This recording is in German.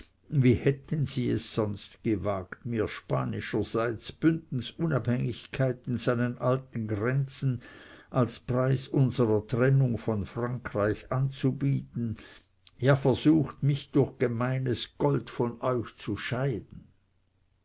wie hätten sie es sonst gewagt mir spanischerseits bündens unabhängigkeit in seinen alten grenzen als preis unserer trennung von frankreich anzubieten ja versucht mich durch gemeines gold von euch zu scheiden